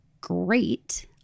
great